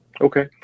Okay